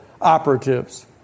operatives